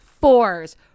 fours